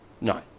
no